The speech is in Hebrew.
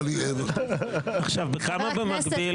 חבר הכנסת,